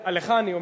אדוני,